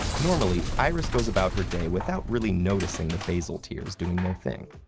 normally, iris goes about her day without really noticing the basal tears doing their thing.